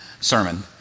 sermon